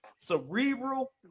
Cerebral